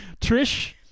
Trish